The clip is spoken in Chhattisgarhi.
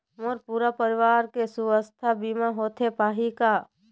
मोर पूरा परवार के सुवास्थ बीमा होथे पाही का?